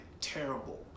terrible